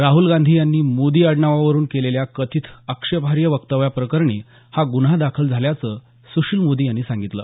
राहल गांधी यांनी मोदी आडनावावरुन केलेल्या कथित आक्षेपार्ह वक्तव्याप्रकरणी हा गुन्हा दाखल झाल्याचं सुशील मोदी यांनी सांगितलं